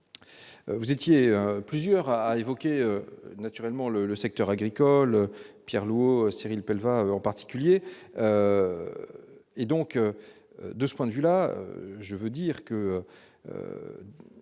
vous étiez plusieurs à évoquer naturellement le le secteur agricole, Pierre Louÿs Cyril pelle va en particulier et donc de ce point de vue là je veux dire que